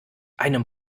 einem